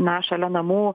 na šalia namų